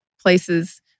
places